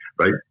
right